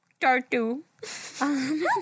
Tartu